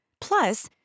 Plus